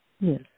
Yes